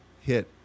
hit